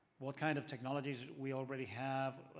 what kind of technologies we already have,